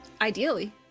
Ideally